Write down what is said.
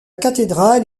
cathédrale